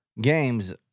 games